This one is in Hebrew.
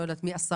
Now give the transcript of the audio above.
לא יודעת כמה,